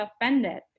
offended